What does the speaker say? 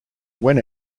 when